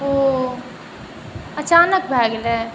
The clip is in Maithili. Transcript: ओ अचानक भऽ गेलै